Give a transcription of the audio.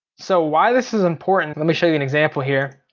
so why this is important, let me show you an example here.